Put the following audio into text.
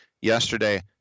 yesterday